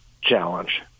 challenge